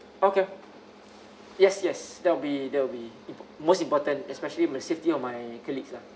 okay yes yes that'll be that'll be impo~ most important especially the safety of my colleagues lah